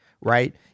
right